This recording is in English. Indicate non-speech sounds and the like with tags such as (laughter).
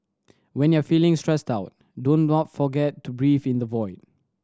when you are feeling stressed out don't (unintelligible) forget to breathe in the void